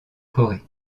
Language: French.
corée